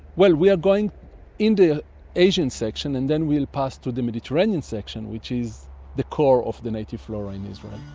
we are going in the asian section and then we will pass through the mediterranean section which is the core of the native flora in israel.